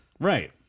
Right